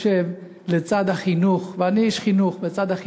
אני חושב שלצד החינוך,